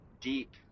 deep